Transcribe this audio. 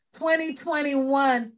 2021